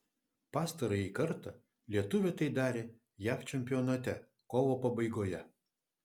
pastarąjį kartą lietuvė tai darė jav čempionate kovo pabaigoje